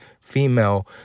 female